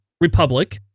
Republic